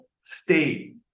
state